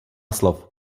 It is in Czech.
slov